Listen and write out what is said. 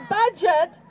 budget